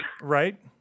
Right